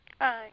Hi